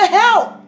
help